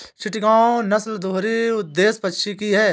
चिटगांव नस्ल दोहरी उद्देश्य पक्षी की है